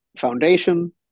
Foundation